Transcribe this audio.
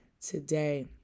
today